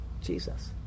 Jesus